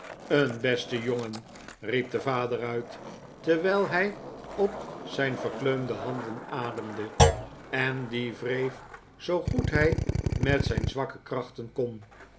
een beste jongen riep de vader uit terwijl hij op zijn verkleumde handen ademde en die wreef zoo goed hij met zijn zwakke krachten kon